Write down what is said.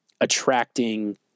attracting